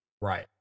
Right